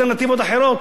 תודה.